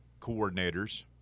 coordinators